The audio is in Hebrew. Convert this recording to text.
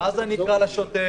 ואז אני אקרא לשוטר,